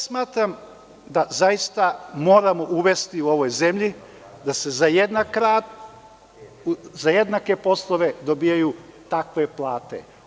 Smatram da zaista moramo uvesti u ovoj zemlji da se za jednak rad, za jednake poslove dobijaju takve plate.